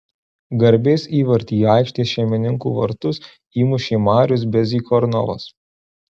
garbės įvartį į aikštės šeimininkų vartus įmušė marius bezykornovas